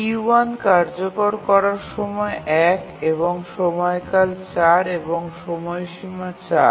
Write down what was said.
T1 কার্যকর করার সময় ১ এবং সময়কাল ৪ এবং সময়সীমা ৪